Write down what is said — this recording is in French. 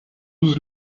douze